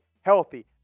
healthy